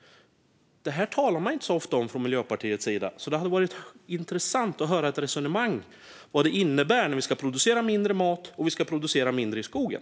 Detta talar man inte så ofta om från Miljöpartiets sida. Det hade varit intressant att höra ett resonemang om vad det innebär att vi ska producera mindre mat och producera mindre i skogen.